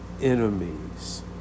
enemies